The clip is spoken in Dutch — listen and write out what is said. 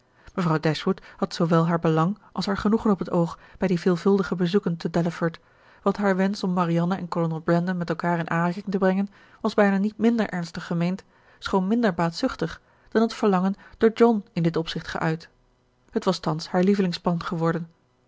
mevrouw dashwood had zoowel haar belang als haar genoegen op het oog bij die veelvuldige bezoeken te delaford want haar wensch om marianne en kolonel brandon met elkaar in aanraking te brengen was bijna niet minder ernstig gemeend schoon minder baatzuchtig dan het verlangen door john in dit opzicht geuit het was thans haar lievelingsplan geworden